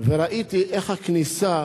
וראיתי איך הכניסה